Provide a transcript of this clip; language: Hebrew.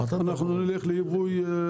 אתם לא יכולים לבדוק את היקף הייבוא המקביל,